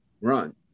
run